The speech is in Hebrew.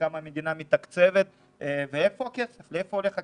בכמה המדינה מתקצבת ואיפה הכסף, לאיפה הולך הכסף.